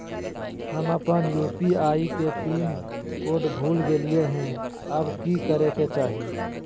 हम अपन यू.पी.आई के पिन कोड भूल गेलिये हई, अब की करे के चाही?